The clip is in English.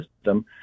system